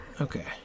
Okay